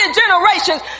generations